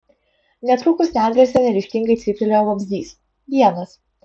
netrukus nendrėse neryžtingai cyptelėjo vabzdys vienas